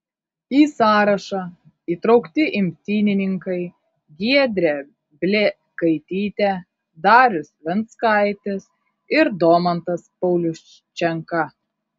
į sąrašą įtraukti imtynininkai giedrė blekaitytė darius venckaitis ir domantas pauliuščenka